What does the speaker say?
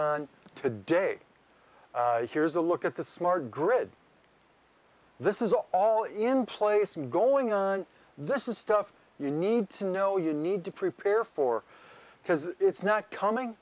on today here's a look at the smart grid this is all in place and going on this is stuff you need to know you need to prepare for because it's not com